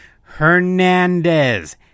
Hernandez